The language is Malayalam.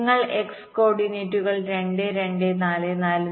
നിങ്ങൾ x കോർഡിനേറ്റുകൾ 2 2 4 4